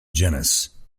genus